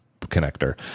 connector